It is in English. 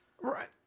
Right